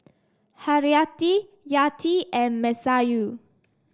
Haryati Yati and Masayu